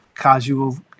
casual